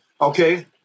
okay